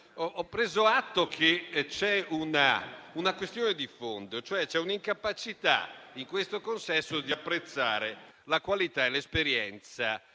ho preso atto che c'è una questione di fondo - è che c'è un'incapacità di questo consesso di apprezzare la qualità e l'esperienza